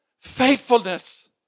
faithfulness